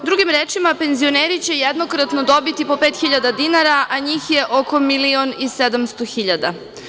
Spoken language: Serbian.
Drugim rečima, penzioneri će jednokratno dobiti po 5.000 dinara, a njih je oko 1,7 miliona.